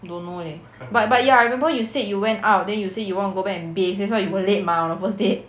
don't know leh but but ya I remember you said you went out then you say you want go back and bathe that's why you were late mah on the first date